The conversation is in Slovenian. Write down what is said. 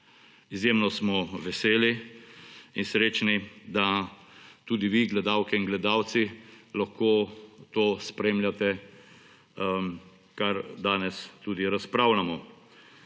Izjemno smo veseli in srečni, da tudi vi, gledalke in gledalci, lahko to spremljate, o čemer danes tudi razpravljamo.